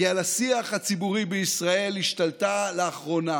כי על השיח הציבורי בישראל השתלטה לאחרונה